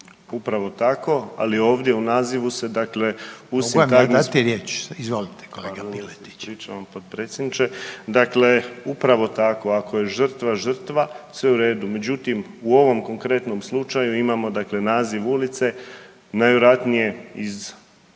Upravo tako, ali ovdje u nazivu se dakle .../Upadica: Mogu ja dati riječ? Izvolite kolega Piletić./... Ja se ispričavam potpredsjedniče. Dakle, upravo tako, ako je žrtva, žrtva, sve u redu. Međutim, u ovom konkretnom slučaju imamo dakle naziv ulice, najvjerojatnije iz